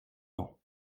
non